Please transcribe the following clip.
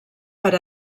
per